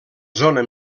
zona